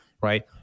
right